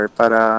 para